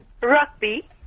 Rugby